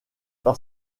par